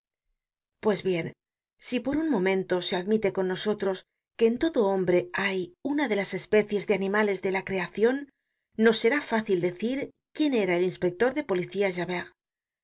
pues bien si por un momento se admite con nosotros que en todo hombre hay una de las especies de animales de la creacion nos será fácil decir quién era el inspector de policía